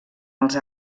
els